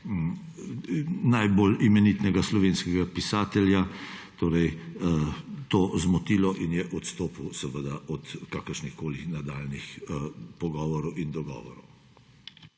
najbolj imenitnega slovenskega pisatelja to zmotilo in je odstopil od kakršnihkoli nadaljnjih pogovorov in dogovorov.